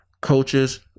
coaches